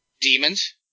demons